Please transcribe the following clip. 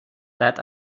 that